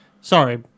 Sorry